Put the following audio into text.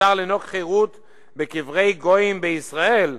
מותר לנהוג חירות בקברי גויים בישראל,